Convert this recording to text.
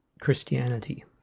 Christianity